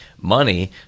money